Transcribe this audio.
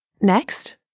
Next